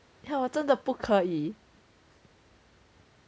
!huh! 我真的不可以